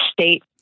state